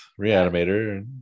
reanimator